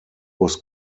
was